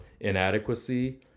inadequacy